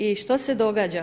I što se događa?